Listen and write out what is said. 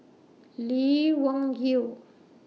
Lee Wung Yew